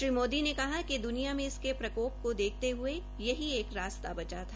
श्री मोदी ने कहा कि द्निया में इसके प्रकोप को देखते हये यही एक रास्ता बचा था